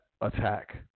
attack